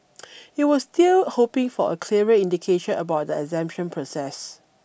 it was still hoping for a clearer indication about the exemption process